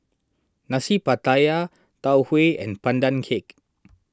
Nasi Pattaya Tau Huay and Pandan Cake